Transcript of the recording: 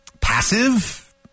passive